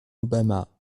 obama